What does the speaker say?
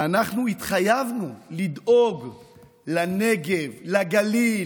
ואנחנו התחייבנו לדאוג לנגב, לגליל,